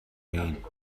made